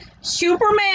Superman